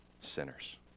sinners